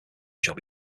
shall